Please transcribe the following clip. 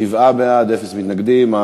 שבעה בעד, אין מתנגדים.